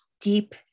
deep